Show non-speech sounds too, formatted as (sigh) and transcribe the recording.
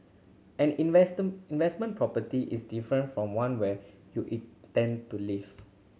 an (unintelligible) investment property is different from one where you intend to live